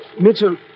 Mitchell